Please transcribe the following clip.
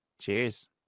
Cheers